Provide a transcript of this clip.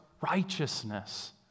righteousness